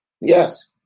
Yes